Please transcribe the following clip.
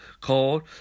called